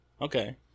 okay